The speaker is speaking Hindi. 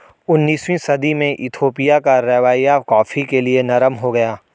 उन्नीसवीं सदी में इथोपिया का रवैया कॉफ़ी के लिए नरम हो गया